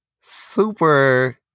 super